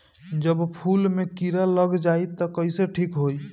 जब फूल मे किरा लग जाई त कइसे ठिक होई?